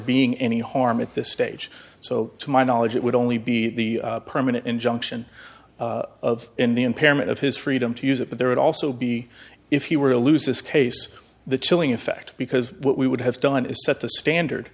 being any harm at this stage so to my knowledge it would only be the permanent injunction of in the impairment of his freedom to use it but there would also be if he were to lose this case the chilling effect because what we would have done is set the standard